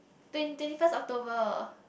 twen~ twenty first October